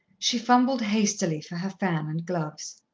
she fumbled hastily for her fan and gloves.